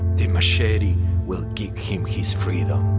the machete will give him his freedom